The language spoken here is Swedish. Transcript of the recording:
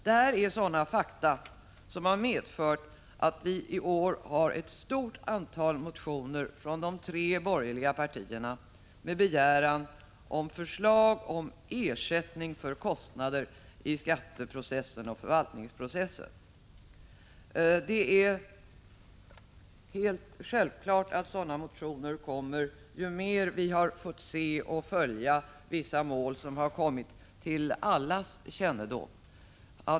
Det är sådana fakta som har medfört att det i år har väckts ett stort antal motioner från de tre borgerliga partierna med begäran om förslag om ersättning för kostnader i skatteprocessen och förvaltningsprocessen. Det är alldeles självklart att fler sådana motioner kommer ju mer vi i pressen har fått följa vissa mål som har kommit till allas kännedom.